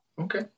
Okay